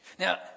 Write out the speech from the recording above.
Now